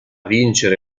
vincere